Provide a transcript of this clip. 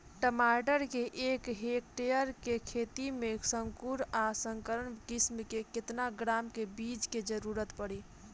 टमाटर के एक हेक्टेयर के खेती में संकुल आ संकर किश्म के केतना ग्राम के बीज के जरूरत पड़ी?